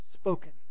spoken